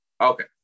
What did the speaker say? Okay